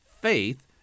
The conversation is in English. faith